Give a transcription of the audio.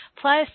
plus